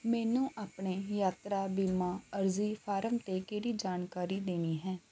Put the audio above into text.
ਮੈਨੂੰ ਆਪਣੇ ਯਾਤਰਾ ਬੀਮਾ ਅਰਜ਼ੀ ਫਾਰਮ 'ਤੇ ਕਿਹੜੀ ਜਾਣਕਾਰੀ ਦੇਣੀ ਹੈ